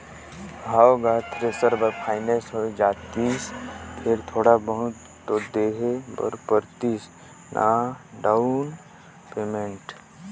हव गा थेरेसर बर फाइनेंस होए जातिस फेर थोड़ा बहुत तो देहे बर परतिस ना डाउन पेमेंट